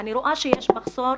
אני רואה שיש מחסור.